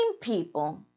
people